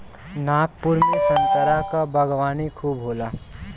नागपुर में संतरा क बागवानी खूब होला